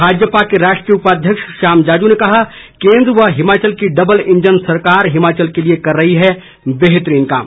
भाजपा के राष्ट्रीय उपाध्यक्ष श्याम जाजू ने कहा केन्द्र व हिमाचल की डबल इंजन सरकार विकास के लिए कर रही है बेहतरीन काम